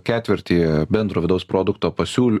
ketvirtį bendro vidaus produkto pasiūl